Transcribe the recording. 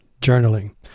journaling